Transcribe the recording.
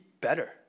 better